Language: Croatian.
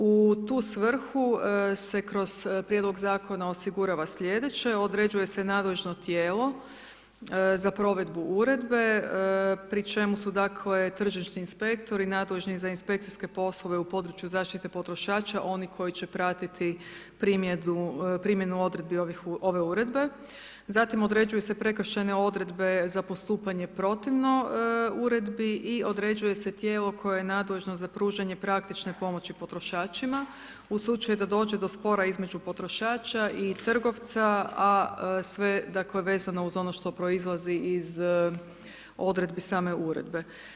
U tu svrhu se kroz prijedlog zakona osigurava slijedeće, određuje se nadležno tijelo za provedbu uredbe, pri čemu su dakle, tržišni inspektori i nadležni za inspekcijske poslove u području zaštite potrošača oni koji će pratiti primjenu odredbe ove uredbe, zatim određuju se prekršajne odredbe za postupanje protivno uredbi i određuju se tijelo koje nadležno za pružanje praktične pomoći potrošačima, u slučaju da dođe do spora između potrošača i trgovca a sve dakle, vezano uz ono što proizlazi iz odredbi same uredbe.